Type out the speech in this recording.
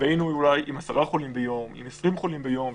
והיינו עם 10 חולים ביום, 20 חולים ביום.